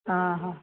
ହଁ ହଁ